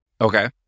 Okay